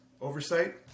oversight